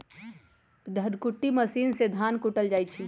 धन कुट्टी मशीन से धान कुटल जाइ छइ